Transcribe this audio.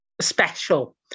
special